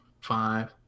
five